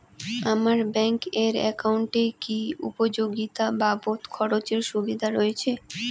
আমার ব্যাংক এর একাউন্টে কি উপযোগিতা বাবদ খরচের সুবিধা রয়েছে?